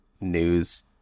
News